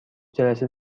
جلسه